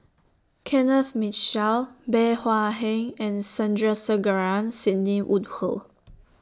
Kenneth Mitchell Bey Hua Heng and Sandrasegaran Sidney Woodhull